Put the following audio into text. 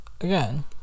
again